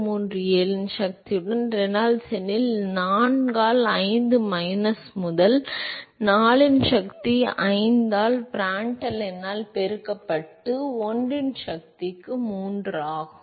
037 இன் சக்தியுடன் ரெனால்ட்ஸ் எண்ணில் 4 ஆல் 5 மைனஸ் முதல் 4 இன் சக்தி 5 ஆல் ப்ராண்ட்டல் எண்ணால் பெருக்கப்பட்டு 1 இன் சக்திக்கு 3 ஆகும்